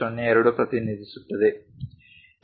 02 ಪ್ರತಿನಿಧಿಸುತ್ತದೆ